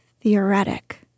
theoretic